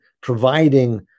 providing